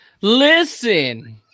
Listen